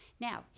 Now